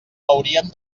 hauríem